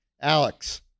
Alex